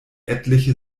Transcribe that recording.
etliche